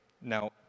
Now